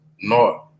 North